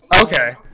Okay